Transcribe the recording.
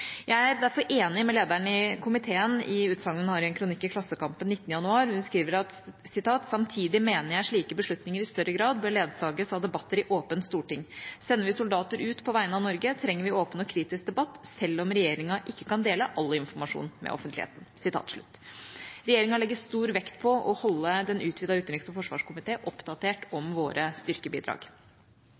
Jeg er derfor enig med lederen i komiteen i utsagnet hun har i en kronikk i Klassekampen den 19. januar: «Samtidig mener jeg slike beslutninger i større grad bør ledsages av debatter i åpent storting. Sender vi soldater ut på vegne av Norge, trenger vi en åpen og kritisk debatt, selv om regjeringen ikke kan dele all informasjon med offentligheten.» Regjeringa legger stor vekt på å holde den utvidete utenriks- og forsvarskomité oppdatert om våre styrkebidrag.